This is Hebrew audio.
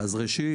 ראשית,